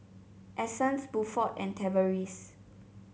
Essence Buford and Tavaris